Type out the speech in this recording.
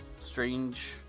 strange